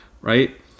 right